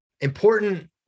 important